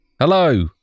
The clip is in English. Hello